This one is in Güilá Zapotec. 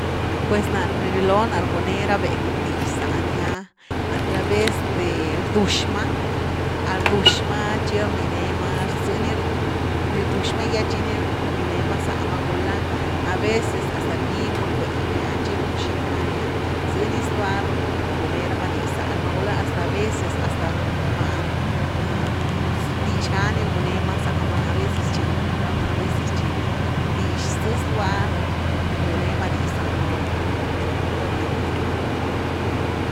Pues ná ni rëloo nare rguine ra becw dix záni ah, a travez de rdux ma, rdwxma tchi rninema rzy ni, ni rdux ma gy ah tchi ni rninee ma zama gula aveces hasta rbigma cue ni ah tchi rcuxi ma ni ah, zy ni zlua rgunee rama dix zá rama, gulá hasta aveces hasta ruun ma’ah, dix ga ni rguneema zama a veces tchi run rama a veces tchi, dix zë zlua, rgune ma dix zama va, cun, cun rani rebzka.